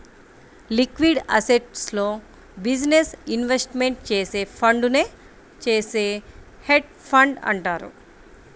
liquid అసెట్స్లో business investment చేసే ఫండునే చేసే హెడ్జ్ ఫండ్ అంటారు